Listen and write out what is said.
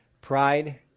pride